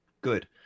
good